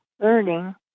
learning